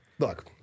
Look